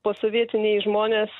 posovietiniai žmonės